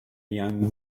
young